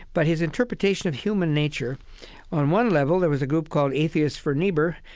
but his interpretation of human nature on one level, there was a group called atheists for niebuhr,